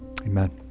Amen